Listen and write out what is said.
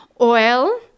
oil